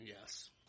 yes